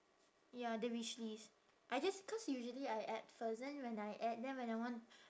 ya the wishlist I just cause usually I add first then when I add then when I want